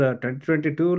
2022